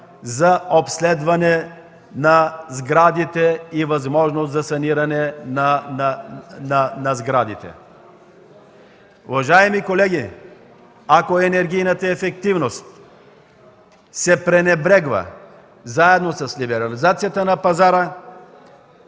за обследване на сградите и възможност за тяхното саниране. Уважаеми колеги, ако енергийната ефективност се пренебрегва заедно с либерализацията на пазара,